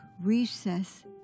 recess